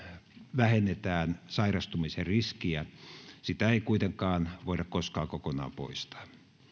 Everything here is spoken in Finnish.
vähennetään sairastumisen riskiä sitä ei kuitenkaan voida koskaan kokonaan poistaa